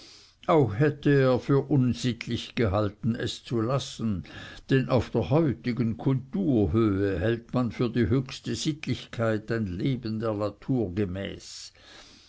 auch hätte er für unsittlich gehalten es zu lassen denn auf der heutigen kulturhöhe hält man für die höchste sittlichkeit ein leben der natur